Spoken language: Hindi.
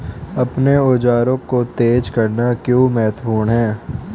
अपने औजारों को तेज करना क्यों महत्वपूर्ण है?